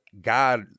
God